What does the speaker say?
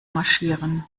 marschieren